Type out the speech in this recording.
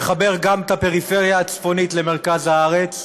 שמחבר גם את הפריפריה הצפונית למרכז הארץ,